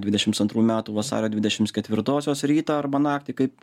dvidešimts antrų metų vasario dvidešimts ketvirtosios rytą arba naktį kaip